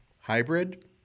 hybrid